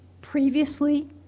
previously